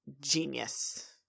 genius